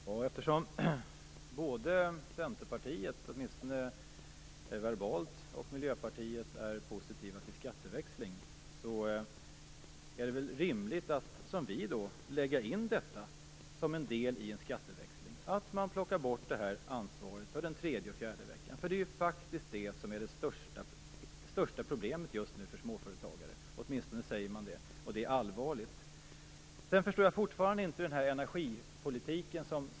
Fru talman! Eftersom både Centerpartiet, åtminstone verbalt, och Miljöpartiet är positiva till skatteväxling, är det väl rimligt att man, som vi vill, lägger in borttagandet av ansvaret för den tredje och den fjärde veckan som en del i en skatteväxling. Detta säger man från småföretagarhåll är det största problemet just nu för småföretagare, och det är allvarligt. Jag förstår fortfarande inte Centerns energipolitik.